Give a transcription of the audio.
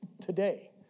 today